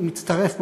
מצטרף,